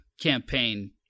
campaign